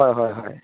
হয় হয় হয়